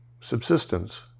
subsistence